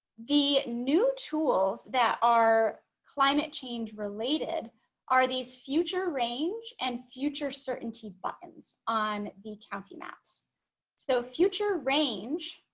the new tools that are climate change related are these future range and future certainty buttons on the county maps so future range